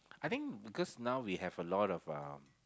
I think because now we have a lot um